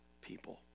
people